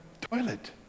toilet